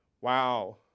Wow